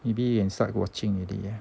maybe can start watching already